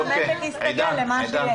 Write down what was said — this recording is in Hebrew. אבל המשק יסתגל למה שיש.